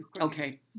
Okay